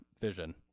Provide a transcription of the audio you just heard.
vision